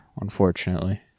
Unfortunately